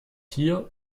hier